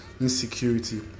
insecurity